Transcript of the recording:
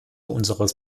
unseres